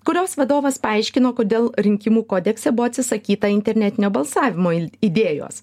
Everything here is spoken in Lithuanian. kurios vadovas paaiškino kodėl rinkimų kodekse buvo atsisakyta internetinio balsavimo idėjos